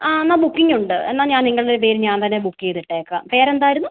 ആ എന്നാൽ ബുക്കിംഗ് ഉണ്ട് എന്നാൽ ഞാൻ നിങ്ങളുടെ പേര് ഞാൻ തന്നെ ബുക്ക് ചെയ്ത് ഇട്ടേക്കാം പേര് എന്തായിരുന്നു